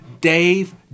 Dave